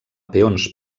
peons